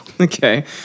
Okay